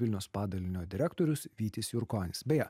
vilniaus padalinio direktorius vytis jurkonis beje